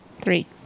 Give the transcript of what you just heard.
Three